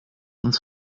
uns